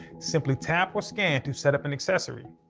simply tap or scan to set up an accessory.